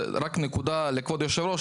זו רק נקודה לכבוד היושב-ראש,